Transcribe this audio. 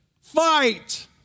Fight